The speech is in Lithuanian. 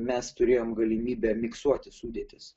mes turėjom galimybę miksuoti sudėtis